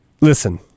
Listen